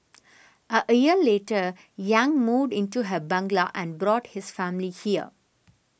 a year later Yang moved into her bungalow and brought his family here